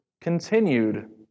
continued